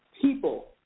people